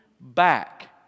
back